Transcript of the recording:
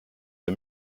der